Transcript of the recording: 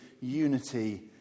unity